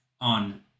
on